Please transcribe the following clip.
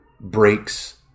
breaks